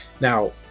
now